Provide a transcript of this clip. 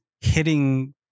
hitting